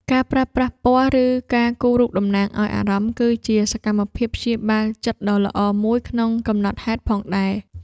ការប្រើប្រាស់ពណ៌ ឬការគូររូបតំណាងឱ្យអារម្មណ៍ ក៏ជាសកម្មភាពព្យាបាលចិត្តដ៏ល្អមួយក្នុងកំណត់ហេតុផងដែរ។